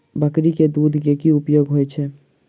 बकरी केँ दुध केँ की उपयोग होइ छै?